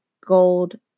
gold